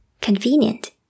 Convenient